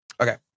Okay